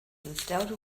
nostalgia